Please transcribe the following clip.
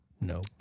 no